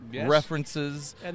references